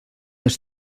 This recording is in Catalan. les